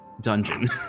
dungeon